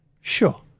Sure